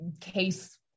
case